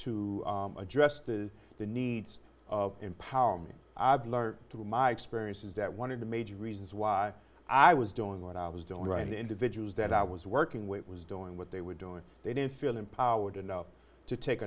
to address the needs of empower me i've learned through my experiences that one of the major reasons why i was doing what i was doing right and individuals that i was working with was doing what they were doing they didn't feel empowered enough to take